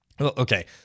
okay